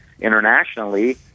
internationally